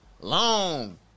long